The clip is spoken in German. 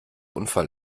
unfall